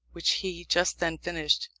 which he just then finished,